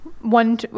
One